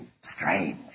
strange